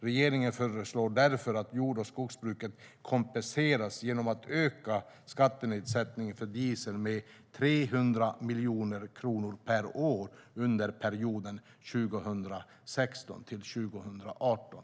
Regeringen föreslår därför att jord och skogsbruket kompenseras genom att skattenedsättningen för diesel ökas med 300 miljoner kronor per år under perioden 2016-2018.